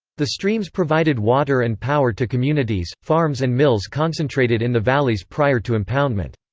the streams provided water and power to communities, farms and mills concentrated in the valleys prior to impoundment.